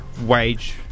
wage